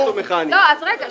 רגע.